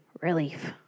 relief